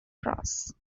prose